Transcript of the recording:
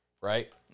right